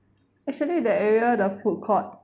actually that area the food court